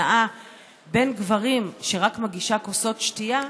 ונאה בין גברים שרק מגישה כוסות שתייה,